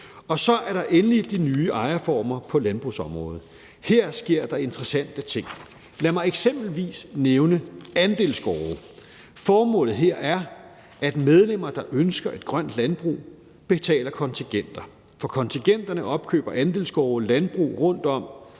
Og så er der endelig de nye ejerformer på landbrugsområdet. Her sker der interessante ting. Lad mig eksempelvis nævne andelsgårde. Formålet her er, at medlemmer, der ønsker et grønt landbrug, betaler kontingenter. For kontingenterne opkøber andelsgårde landbrug rundtomkring